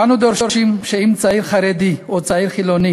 אנו דורשים שאם צעיר חרדי או צעיר חילוני